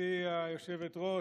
גברתי היושבת-ראש,